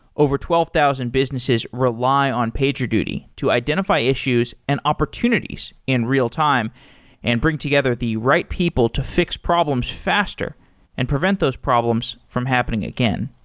over twelve thousand businesses businesses rely on pagerduty to identify issues and opportunities in real time and bring together the right people to fix problems faster and prevent those problems from happening again.